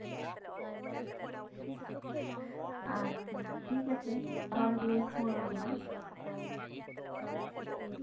ᱟᱪᱪᱷᱟ ᱴᱷᱤᱠ ᱟᱪᱷᱮ ᱛᱟᱦᱞᱮ ᱞᱤᱧ ᱯᱷᱳᱱ ᱟᱵᱮᱱᱟ